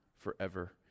forever